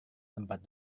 tempat